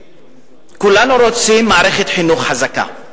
כולנו רוצים מערכת חינוך חזקה,